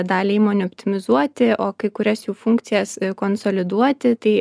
dalį įmonių optimizuoti o kai kurias jų funkcijas konsoliduoti tai